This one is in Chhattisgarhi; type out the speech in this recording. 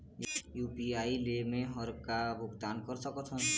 यू.पी.आई ले मे हर का का भुगतान कर सकत हो?